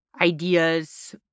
ideas